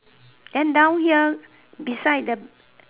then down here beside the